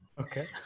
Okay